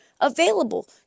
available